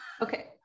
Okay